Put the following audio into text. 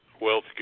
wealth